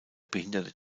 behinderte